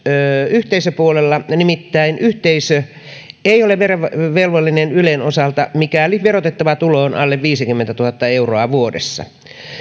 yhteisöpuolella nimittäin yhteisö ei ole verovelvollinen ylen osalta mikäli verotettava tulo on alle viisikymmentätuhatta euroa vuodessa